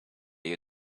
you